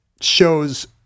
shows